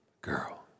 girl